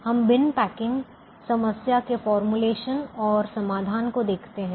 हम bin packing समस्या के फॉर्मूलेशन और समाधान को देखते हैं